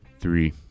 Three